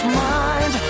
mind